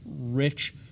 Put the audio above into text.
rich